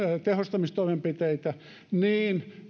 tehostamistoimenpiteitä niin